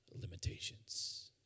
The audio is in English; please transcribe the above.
Limitations